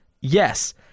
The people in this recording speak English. yes